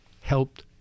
helped